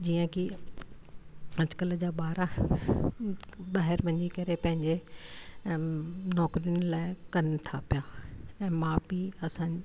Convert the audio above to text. जीअं कि अॼुकल्ह जा ॿार ॿाहिरि वञी करे पंहिंजे नौकरियुनि लाइ कनि था पिया ऐं माउ पीउ असां